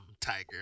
Tiger